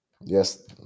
Yes